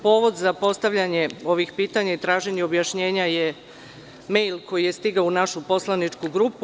Povod za postavljanje ovih pitanja i traženje objašnjenja je mejl koji je stigao u našu poslaničku grupu.